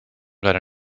leider